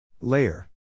Layer